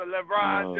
LeBron